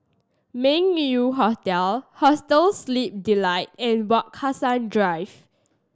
Meng Yew Hotel Hostel Sleep Delight and Wak Hassan Drive